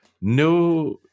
no